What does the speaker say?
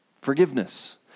Forgiveness